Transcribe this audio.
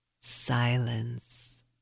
Silence